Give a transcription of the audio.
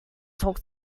talk